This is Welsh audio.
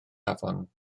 afon